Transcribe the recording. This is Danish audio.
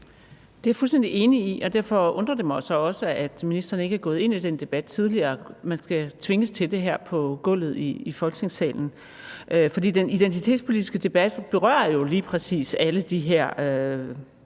Det er jeg fuldstændig enig i, og derfor undrer det mig så også, at ministeren ikke er gået ind i den debat tidligere, men skal tvinges til det her på gulvet i Folketingssalen. For den identitetspolitiske debat berører jo lige præcis alle de her